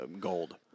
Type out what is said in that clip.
gold